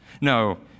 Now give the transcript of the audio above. No